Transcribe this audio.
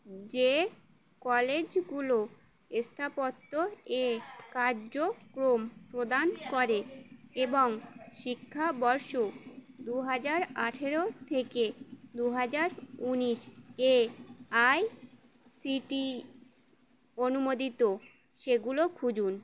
যে কলেজগুলো স্থাপত্যে কার্যক্রম প্রদান করে এবং শিক্ষাবর্ষ দু হাজার আঠেরো থেকে দু হাজার উনিশ এআইসিটিই অনুমোদিত সেগুলো খুঁজুন